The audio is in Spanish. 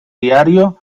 diario